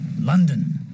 London